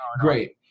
great